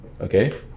okay